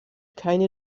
keine